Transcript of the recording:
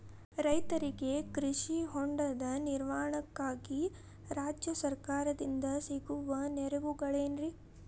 ರೈತರಿಗೆ ಕೃಷಿ ಹೊಂಡದ ನಿರ್ಮಾಣಕ್ಕಾಗಿ ರಾಜ್ಯ ಸರ್ಕಾರದಿಂದ ಸಿಗುವ ನೆರವುಗಳೇನ್ರಿ?